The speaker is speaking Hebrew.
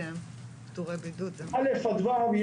כשאני אומר עובדי הוראה, אלה צוותי חינוך.